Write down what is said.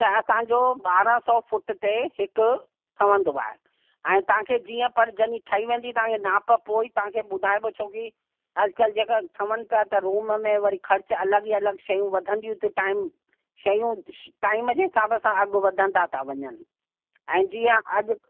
त असांजो ॿारहं सौ फुट ते हिक ठहंदो आहे ऐं तव्हांखे जीअं परजंदी ठई वेंदी तव्हांखे माप पोइ ई तव्हांखे ॿुधायबो छोकि अॼकल्ह जेका ठहनि पिया था रूम में वरी ख़र्चु अलॻि ई अलॻि शयूं वधंदियूं थियू टाइम शयूं टाइम जे हिसाब सां वधंदा था वञनि ऐं जीअं अॼ